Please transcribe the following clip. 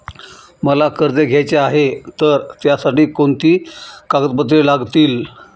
मला कर्ज घ्यायचे आहे तर त्यासाठी कोणती कागदपत्रे लागतील?